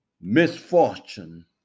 misfortune